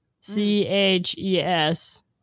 C-H-E-S